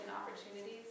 opportunities